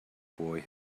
boy